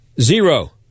zero